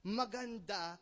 maganda